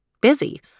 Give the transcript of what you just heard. busy